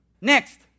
next